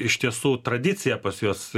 iš tiesų tradicija pas juos